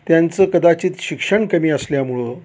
त्यांचं कदाचित शिक्षण कमी असल्यामुळं